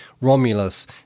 Romulus